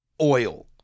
oil